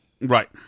Right